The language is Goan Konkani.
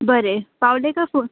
बरें पावलें का फो